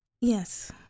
Yes